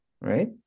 right